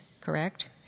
correct